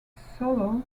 solo